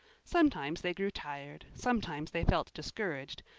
sometimes they grew tired, sometimes they felt discouraged,